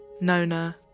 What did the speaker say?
Nona